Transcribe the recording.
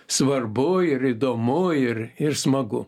svarbu ir įdomu ir ir smagu